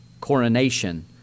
coronation